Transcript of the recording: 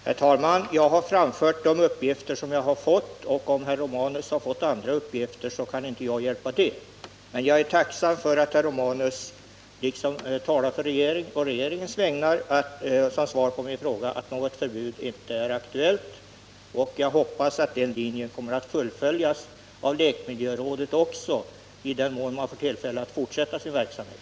Herr talman! Jag har framfört de uppgifter som jag har fått och på det sätt jag uppfattat dem. Om herr Romanus har fått andra uppgifter, kan jag inte hjälpa det. Men jag är tacksam för att herr Romanus på regeringens vägnar har svarat på min fråga att något förbud inte är aktuellt. Jag hoppas att den linjen kommer att följas av lekmiljörådet också, i den mån rådet får tillfälle att fortsätta sin verksamhet.